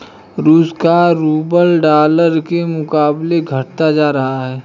रूस का rouble dollar के मुकाबले घटता जा रहा है